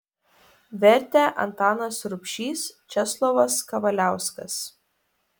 vertė antanas rubšys česlovas kavaliauskas